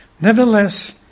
Nevertheless